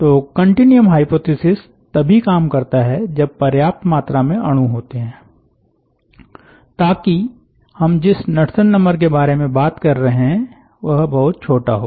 तो continuum hypothesis तभी काम करता है जब पर्याप्त मात्रा में अणु होते हैं ताकि हम जिस नड्सन नंबर के बारे में बात कर रहे हैं वह बहुत छोटा हो